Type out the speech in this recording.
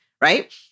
right